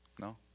No